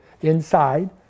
inside